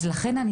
לכן,